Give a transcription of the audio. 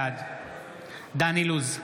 בעד דן אילוז,